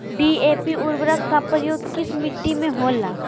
DAP उर्वरक का प्रयोग किस मिट्टी में होला?